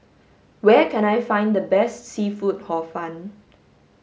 where can I find the best seafood hor fun